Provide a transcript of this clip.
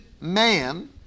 man